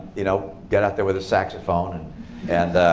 you know got out there with his saxophone. and and